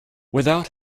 without